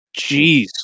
Jeez